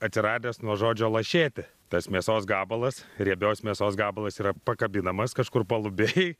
atsiradęs nuo žodžio lašėti tas mėsos gabalas riebios mėsos gabalas yra pakabinamas kažkur palubėj